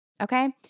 okay